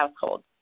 household